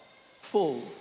full